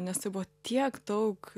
nes tai buvo tiek daug